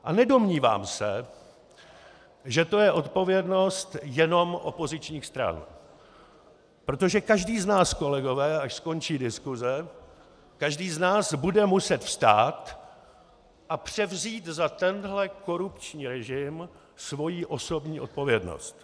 A nedomnívám se, že to je odpovědnost jenom opozičních stran, protože každý z nás, kolegové, až skončí diskuse, každý z nás bude muset vstát a převzít za tento korupční režim svou osobní odpovědnost.